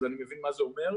אז אני מבין מה זה אומר.